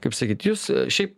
kaip sakyt jūs šiaip